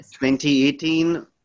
2018